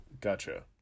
gotcha